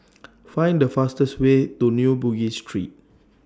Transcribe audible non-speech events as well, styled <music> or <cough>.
<noise> Find The fastest Way to New Bugis Street